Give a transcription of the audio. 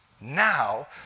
Now